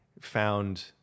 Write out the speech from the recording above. found